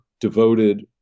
devoted